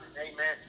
amen